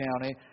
County